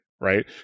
right